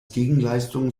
gegenleistung